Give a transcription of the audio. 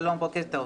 שלום, בוקר טוב.